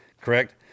Correct